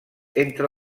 entre